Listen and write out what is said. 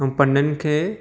ऐं पननि खे